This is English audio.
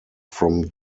from